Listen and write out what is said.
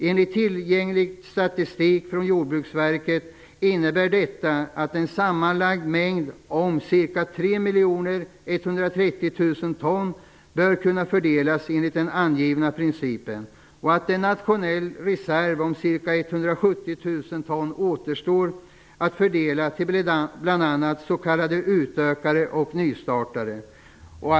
Enligt tillgänglig statistik från Jordbruksverket innebär detta att en sammanlagd mängd om ca 3 130 000 ton bör kunna fördelas enligt den angivna principen och att en nationell reserv om ca 170 000 ton återstår att fördela bl.a. till s.k. utökare och nystartare.